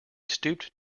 stooped